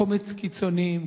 קומץ קיצונים,